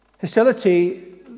Hostility